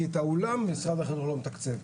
כי את האולם משרד החינוך לא מתקצב,